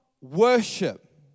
worship